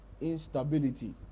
instability